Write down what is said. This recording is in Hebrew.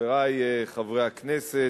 חברי חברי הכנסת,